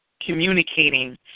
communicating